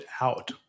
out